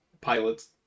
pilots